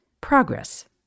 Progress